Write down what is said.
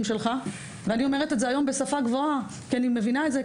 שלך - ואני אומרת את זה היום בשפה גבוהה כי אני מבינה את זה,